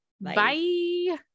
Bye